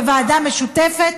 בוועדה משותפת,